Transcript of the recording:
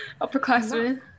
upperclassmen